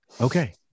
okay